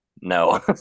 No